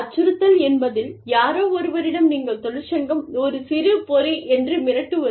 அச்சுறுத்துதல் என்பதில் யாரோ ஒருவரிடம் நீங்கள் தொழிற்சங்கம் ஒரு சிறு பொரி என்று மிரட்டுவது